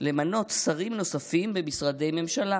למנות שרים נוספים במשרדי ממשלה